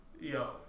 Yo